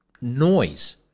noise